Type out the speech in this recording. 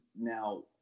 Now